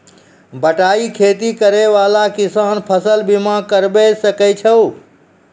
बटाई खेती करै वाला किसान फ़सल बीमा करबै सकै छौ?